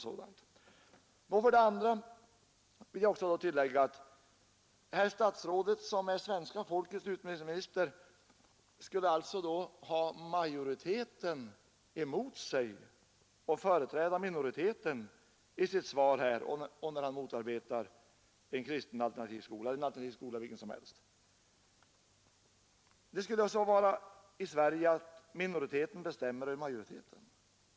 Jag vill till detta tillägga att herr statsrådet, som är svenska folkets utbildningsminister, alltså skulle ha majoriteten emot sig och företräda minoriteten när han i sitt svar motarbetar en alternativ skola, kristen eller av vilket annat slag som helst. Det skulle alltså vara så i Sverige att minoriteten bestämmer över majoriteten.